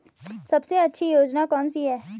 सबसे अच्छी योजना कोनसी है?